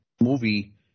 movie